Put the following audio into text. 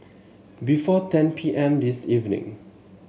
before ten P M this evening